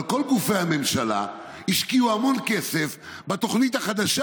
אבל כל גופי הממשלה השקיעו המון כסף בתוכנית החדשה